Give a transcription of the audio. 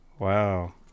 wow